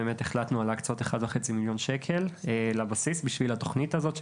החלטנו להקצות 1.5 מיליון שקל לבסיס בשביל התוכנית הזאת.